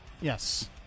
Yes